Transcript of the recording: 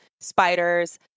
spiders